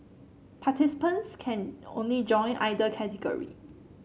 participants can only join either category